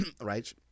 right